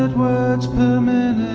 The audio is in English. words per minute